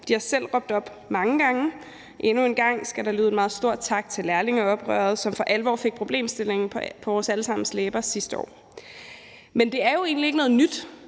De har selv råbt op mange gange. Endnu en gang skal der lyde en meget stor tak for lærlingeoprøret, som for alvor fik problemstillingen på vores alle sammens læber sidste år. Men det er jo egentlig ikke noget nyt,